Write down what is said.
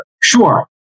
Sure